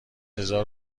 هزار